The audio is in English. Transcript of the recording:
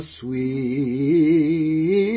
sweet